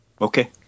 Okay